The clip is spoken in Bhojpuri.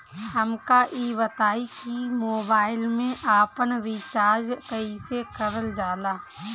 हमका ई बताई कि मोबाईल में आपन रिचार्ज कईसे करल जाला?